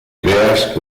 ideas